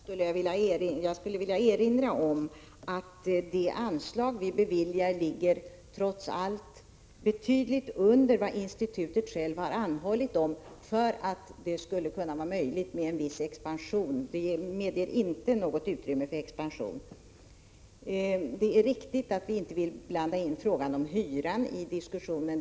Herr talman! Jag skulle vilja erinra Erkki Tammenoksa om att det anslag vi föreslår trots allt ligger betydligt under det belopp som Immigrantinstitutet anhållit om. Beloppet medger inte något utrymme för expansion. Det är riktigt att vi inte vill blanda in hyran i diskussionen.